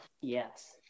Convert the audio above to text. yes